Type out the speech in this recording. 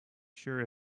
sure